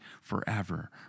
forever